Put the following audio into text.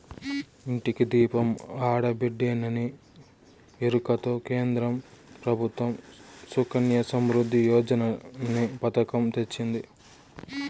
ఇంటికి దీపం ఆడబిడ్డేననే ఎరుకతో కేంద్ర ప్రభుత్వం సుకన్య సమృద్ధి యోజననే పతకం తెచ్చింది